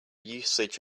usage